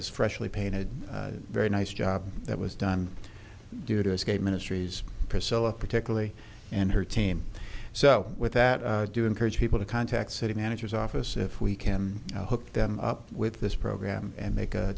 it's freshly painted a very nice job that was done due to escape ministries priscilla particularly and her team so with that i do encourage people to contact city manager's office if we can hook them up with this program and make a